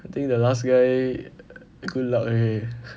I think the last guy good luck eh